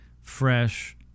fresh